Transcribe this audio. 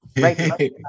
right